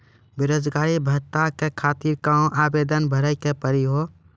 बेरोजगारी भत्ता के खातिर कहां आवेदन भरे के पड़ी हो?